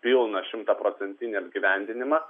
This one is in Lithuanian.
pilną šimtaprocentinį apgyvendinimą